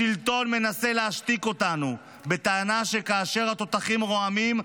השלטון מנסה להשתיק אותנו בטענה שכאשר התותחים רועמים,